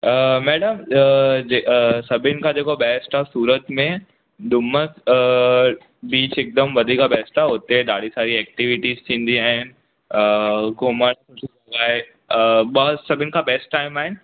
madam जे सभिनी खां जेको बेस्ट आहे सूरत में डुमस बीच हिकदमि वधीक बेस्ट आहे उते ॾाढी सारी एक्टीविटिज थींदी आहिनि घुमण जे लाइ ॿ सभिनी खां बेस्ट टाइम आहिनि